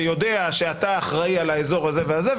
ויודע שאתה אחראי על האזור הזה והזה,